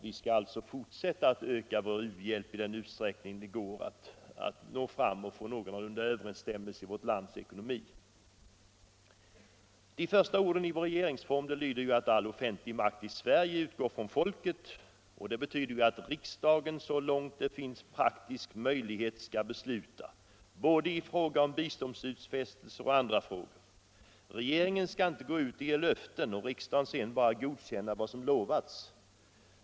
Vi skall alltså fortsätta att öka vår u-hjälp i den utsträckning det är möjligt, i överensstämmelse med vårt lands ekonomi. De första orden i vår regeringsform lyder: ”All makt i Sverige utgår från folket.” Det betyder att riksdagen så långt det finns praktisk möjlighet skall besluta vad gäller både biståndsutfästelser och andra frågor. Regeringen skall inte gå ut och ge löften och riksdagen sedan bara godkänna vad som har utlovats.